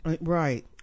Right